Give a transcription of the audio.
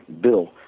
Bill